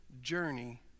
journey